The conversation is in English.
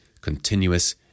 continuous